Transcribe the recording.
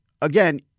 again